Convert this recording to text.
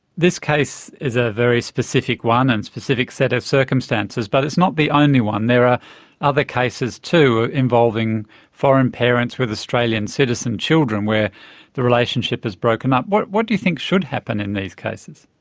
this case is a very specific one and a specific set of circumstances, but it's not the only one. there are other cases too involving foreign parents with australian citizen children where the relationship has broken up. what what do you think should happen in these cases?